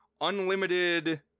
unlimited